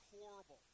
horrible